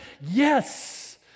yes